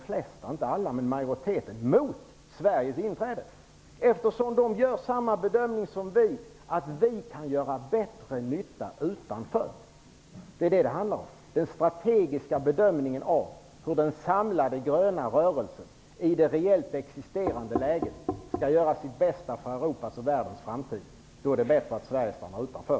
Majoriteten av dem röstade mot Sveriges inträde, eftersom de gör samma bedömning som vi, nämligen att vi kan göra bättre nytta utanför. Det handlar om den strategiska bedömningen i den samlade gröna rörelsen i det reellt existerande läget när det gäller att göra det bästa för Europas och världens framtid. Enligt den är det bäst att Sverige stannar utanför.